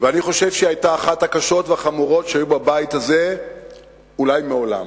ואני חושב שהיא היתה אחת הקשות והחמורות שהיו בבית הזה אולי מעולם.